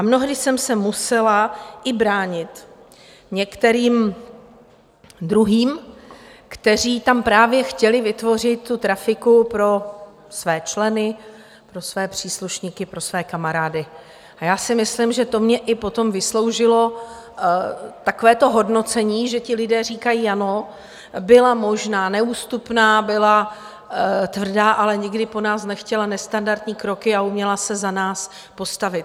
Mnohdy jsem se musela i bránit některým druhým, kteří tam právě chtěli vytvořit trafiku pro své členy, pro své příslušníky, pro své kamarády, a já si myslím, že to mně potom i vysloužilo takové hodnocení, že ti lidé říkají: Ano, byla možná neústupná, byla tvrdá, ale nikdy po nás nechtěla nestandardní kroky a uměla se za nás postavit.